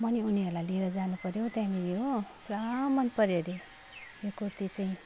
मैले उनीहरूलाई लिएर जानुपर्यो त्यहाँनिर हो पुरा मनपर्यो अरे यो कुर्ती चाहिँ